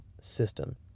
system